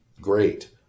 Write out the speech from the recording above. great